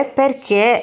perché